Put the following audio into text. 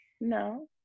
no